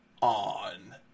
on